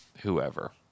whoever